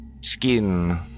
Skin